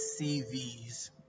cvs